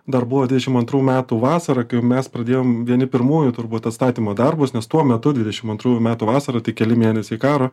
dar buvo dvidešim antrų metų vasara kai jau mes pradėjom vieni pirmųjų turbūt atstatymo darbus nes tuo metu dvidešim antrųjų metų vasarą tik keli mėnesiai karo